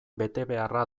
betebeharra